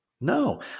No